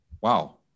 Wow